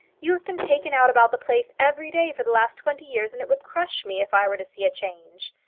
you have been taken out about the place every day for the last twenty years, and it would crush me if i were to see a change.